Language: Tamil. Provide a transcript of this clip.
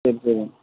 சரி சரிங்க